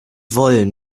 wollen